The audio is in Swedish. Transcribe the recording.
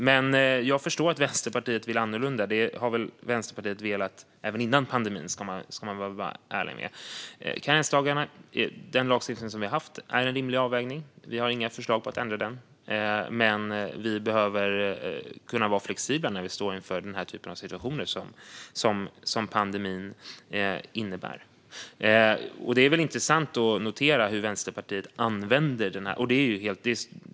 Men jag förstår att Vänsterpartiet vill annorlunda. Det har väl Vänsterpartiet velat även före pandemin, ska man vara ärlig med. Den karenslagstiftning vi haft är en rimlig avvägning. Vi har inga förslag om att ändra den. Men vi behöver kunna vara flexibla när vi står inför den typ av situation som pandemin innebär. Det är intressant att notera hur Vänsterpartiet använder pandemin.